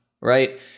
right